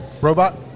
Robot